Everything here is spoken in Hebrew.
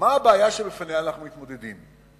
שאתה אנחנו מתמודדים.